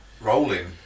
rolling